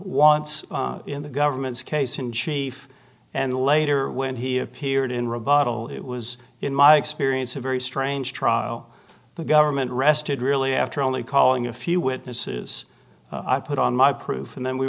once in the government's case in chief and later when he appeared in rebuttal it was in my experience a very strange trial the government rested really after only calling a few witnesses i put on my proof and then we